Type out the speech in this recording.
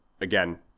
Again